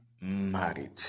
married